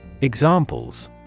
Examples